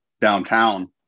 downtown